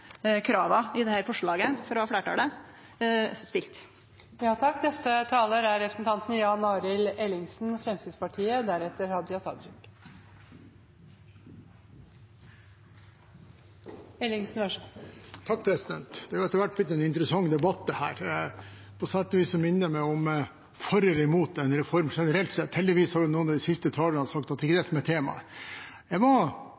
krava i forslaget frå fleirtalet stilte. Dette har etter hvert blitt en interessant debatt. På sett og vis minner det meg om for eller imot en reform generelt sett. Heldigvis har noen av de siste talerne sagt at det ikke er det som er temaet. Jeg ble medlem av justiskomiteen i 2001, da den forrige reformen ble trillet ut, og jeg